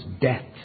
death